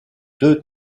deux